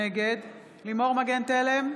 נגד לימור מגן תלם,